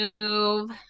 move